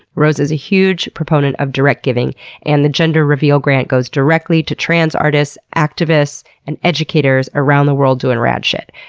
rose is a huge proponent of direct giving and the gender reveal grant gives directly to trans artists, activists, and educators around the world doing rad shit.